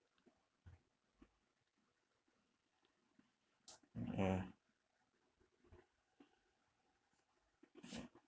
ya